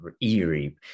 eerie